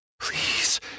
Please